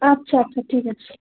আচ্ছা আচ্ছা ঠিক আছে